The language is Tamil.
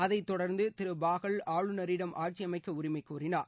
அதைத் தொடர்ந்து திரு பாகல் ஆளுநரிடம் ஆட்சியமைக்க உரிமை கோரினார்